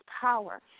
power